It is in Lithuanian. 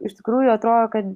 iš tikrųjų atrodo kad